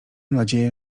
nadzieję